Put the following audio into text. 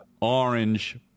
orange